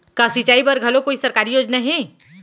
का सिंचाई बर घलो कोई सरकारी योजना हे?